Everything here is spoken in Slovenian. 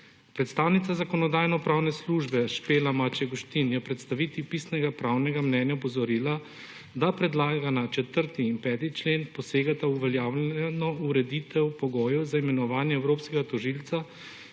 Predstavnica Zakonodajno-pravne službe Špela Maček Guštin je v predstavitvi pisnega pravnega mnenja opozorila, da predlagana 4. in 5. člen posegata v uveljavljeno ureditev pogojev za imenovanje evropskega tožilca